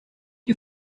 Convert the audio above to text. you